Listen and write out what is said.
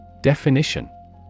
Definition